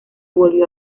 volvió